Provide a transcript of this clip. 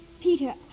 Peter